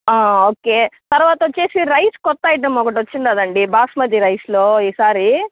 okay తర్వాత వచ్చేసి rice కొత్త ఐటమ్ ఒకటి వచ్చున్నాదండి బాస్మతి రైస్లో ఈసారి